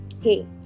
Hey